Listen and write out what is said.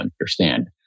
understand